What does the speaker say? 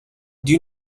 you